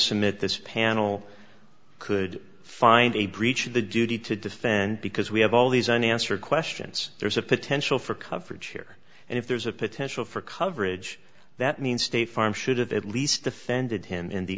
submit this panel could find a breach of the duty to defend because we have all these unanswered questions there's a potential for coverage here and if there's a potential for coverage that means state farm should have at least defended him in the